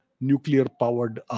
nuclear-powered